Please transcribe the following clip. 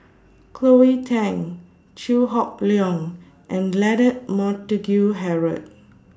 Cleo Thang Chew Hock Leong and Leonard Montague Harrod